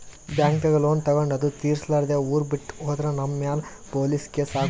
ಬ್ಯಾಂಕ್ದಾಗ್ ಲೋನ್ ತಗೊಂಡ್ ಅದು ತಿರ್ಸಲಾರ್ದೆ ಊರ್ ಬಿಟ್ಟ್ ಹೋದ್ರ ನಮ್ ಮ್ಯಾಲ್ ಪೊಲೀಸ್ ಕೇಸ್ ಆಗ್ಬಹುದ್